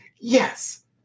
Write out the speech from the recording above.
yes